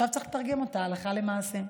ועכשיו צריך לתרגם אותה הלכה למעשה.